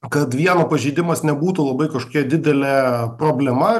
kad vieno pažeidimas nebūtų labai kažkokia didelė problema